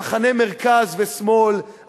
המחנה מרכז ושמאל,